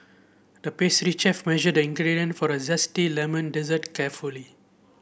the pastry chef measured the ingredient for the zesty lemon dessert carefully